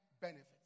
benefits